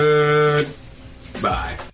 Goodbye